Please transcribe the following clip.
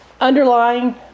underlying